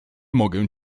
mogę